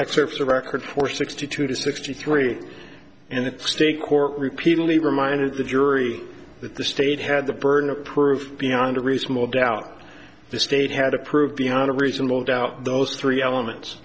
excerpts the record for sixty two to sixty three and the state court repeatedly reminded the jury that the state had the burden of proof beyond a reasonable doubt the state had to prove beyond a reasonable doubt those three elements